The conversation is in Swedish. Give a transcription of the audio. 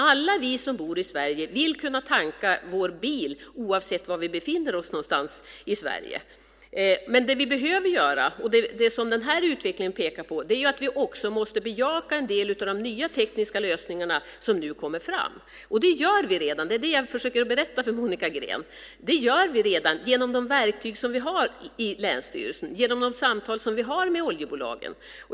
Alla vi som bor i Sverige vill kunna tanka vår bil oavsett var vi befinner oss någonstans i Sverige. Men det vi behöver göra, och det som den här utvecklingen pekar på, är att vi också måste bejaka en del av de nya tekniska lösningar som nu kommer fram. Det gör vi redan - det är det jag försöker berätta för Monica Green. Det gör vi redan genom de verktyg som vi har i länsstyrelsen, genom de samtal som vi har med oljebolagen.